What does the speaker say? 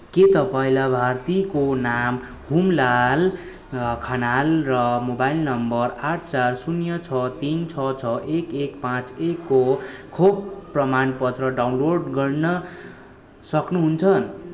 के तपाईँँ लाभार्थीको नाम हुमलाल खनाल र मोबाइल नम्बर आठ चार शून्य छ तिन छ छ एक एक पाँच एकको खोप प्रमाणपत्र डाउनलोड गर्न सक्नुहुन्छ